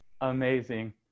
Amazing